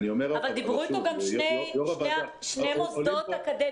אבל דיברו איתו גם שני מוסדות אקדמיים.